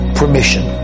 permission